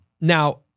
Now